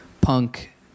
punk